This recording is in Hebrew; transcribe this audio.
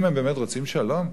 אם הם באמת רוצים שלום,